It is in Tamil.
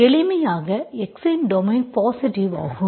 எளிமையாக x இன் டொமைன் பாசிட்டிவ் ஆகும்